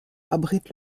abrite